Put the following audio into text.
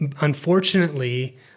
Unfortunately